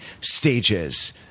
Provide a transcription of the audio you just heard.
stages